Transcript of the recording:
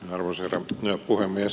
arvoisa herra puhemies